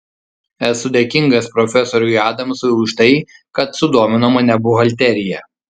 esu dėkingas profesoriui adamsui už tai kad sudomino mane buhalterija